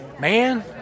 Man